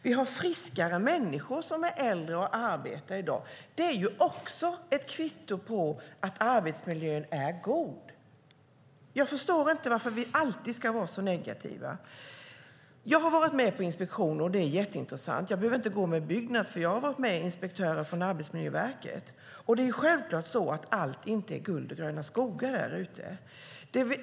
Vi har friskare människor som är äldre och arbetar i dag. Det är också ett kvitto på att arbetsmiljön är god. Jag förstår inte varför vi alltid ska vara så negativa. Jag har varit med på inspektioner, och det är mycket intressant. Jag behöver inte gå med Byggnads eftersom jag har följt med inspektörer från Arbetsmiljöverket. Självklart är inte allt guld och gröna skogar där ute.